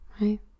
right